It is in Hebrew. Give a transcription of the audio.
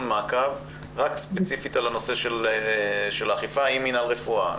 מעקב ספציפית על הנושא של האכיפה עם מינהל רפואה.